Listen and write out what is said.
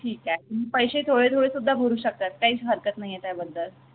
ठीक आहे पैसे थोडे थोडे सुद्धा भरू शकतात काहीच हरकत नाही आहे त्याबद्दल